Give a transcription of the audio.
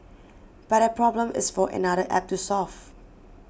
but that problem is for another app to solve